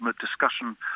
discussion